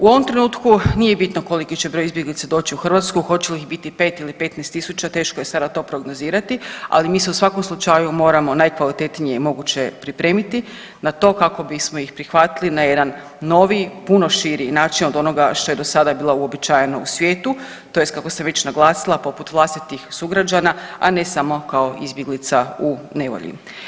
U ovom trenutku nije bitno koliko će broj izbjeglica doći u Hrvatsku, hoće li ih biti 5 ili 15.000 teško je sada to prognozirati, ali mi se u svakom slučaju moramo najkvalitetnije moguće pripremiti na to kako bismo ih prihvatili na jedan novi puno širi način od onoga što je do sada bilo uobičajeno u svijetu tj. kako sam već naglasila poput vlastitih sugrađana, a ne samo izbjeglica u nevolji.